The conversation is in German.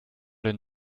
den